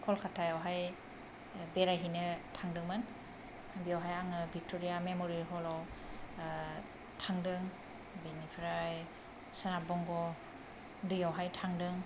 कलकातायावहाय बेरायहैनो थांदोंमोन बेयावहाय आङो भिक्टरिया मेमरियेल हलाव थांदों बेनिफ्राय सोनाब बंग दैयावहाय थांदों